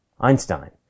Einstein